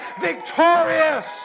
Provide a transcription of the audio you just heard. victorious